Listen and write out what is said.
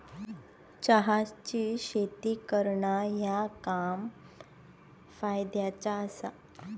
चहाची शेती करणा ह्या काम फायद्याचा आसा